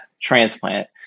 transplant